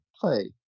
play